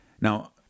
Now